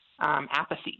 apathy